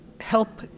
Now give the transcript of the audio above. help